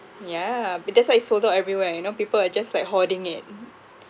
yeah that's why it's sold out everywhere you know people are just like hoarding it